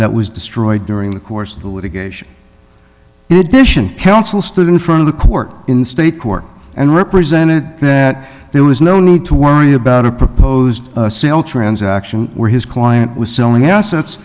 that was destroyed during the course of the litigation in addition counsel stood in front of the court in state court and represented that there was no need to worry about a proposed sale transaction or his client was selling assets